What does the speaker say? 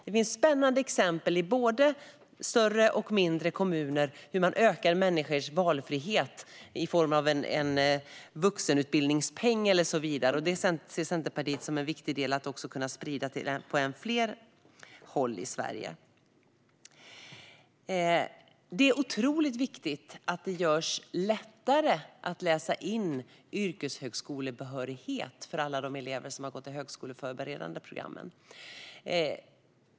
Både i större och mindre kommuner finns det spännande exempel på hur man ökar människors valfrihet i form av en vuxenutbildningspeng och så vidare, och Centerpartiet ser detta som en viktig del att sprida på än fler håll i Sverige. Det är otroligt viktigt att det görs lättare att läsa in yrkeshögskolebehörighet för alla de elever som har gått de högskoleförberedande programmen.